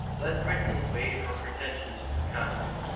let britain wave her pretensions to the continent,